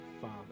father